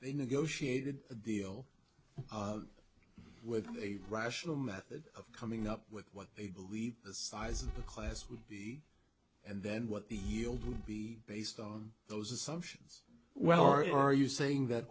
they negotiated a deal with a rational method of coming up with what they believe the size of the class would be and then what the yield would be based on those assumptions well are you saying that